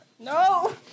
No